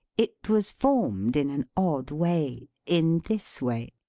it was formed in an odd way in this way.